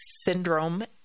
Syndrome